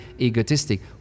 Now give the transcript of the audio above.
egotistic